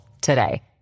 today